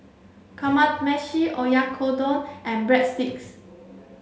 Kamameshi Oyakodon and Breadsticks